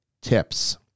tips